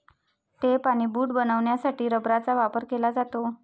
tape आणि boot बनवण्यासाठी रबराचा वापर केला जातो